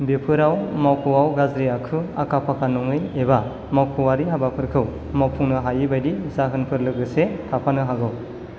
बेफोराव मावख'आव गाज्रि आखु आखा फाखा नङै एबा मावख'आरि हाबाफोरखौ मावफुंनो हायै बायदि जाहोनफोर लोगोसे थाफानो हागौ